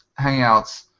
Hangouts